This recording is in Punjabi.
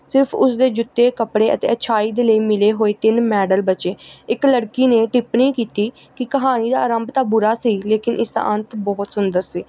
ਸਿਰਫ਼ ਉਸਦੇ ਜੁੱਤੇ ਕੱਪੜੇ ਅਤੇ ਅੱਛਾਈ ਦੇ ਲਈ ਮਿਲੇ ਹੋਏ ਤਿੰਨ ਮੈਡਲ ਬਚੇ ਇੱਕ ਲੜਕੀ ਨੇ ਟਿੱਪਣੀ ਕੀਤੀ ਕਿ ਕਹਾਣੀ ਦਾ ਆਰੰਭ ਤਾਂ ਬੁਰਾ ਸੀ ਲੇਕਿਨ ਇਸਦਾ ਅੰਤ ਬਹੁਤ ਸੁੰਦਰ ਸੀ